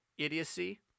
idiocy